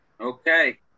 Okay